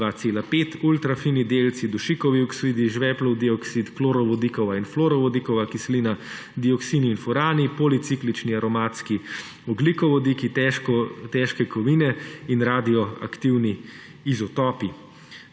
PM2,5, ultra fini delci, dušikovi oksidi, žveplov dioksid, klorovodikova in florovodikova kislina, dioksini in furani, policiklični aromatski ogljikovodiki, težke kovine in radioaktivni izotopi